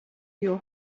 your